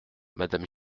madame